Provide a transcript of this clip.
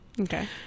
okay